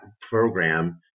program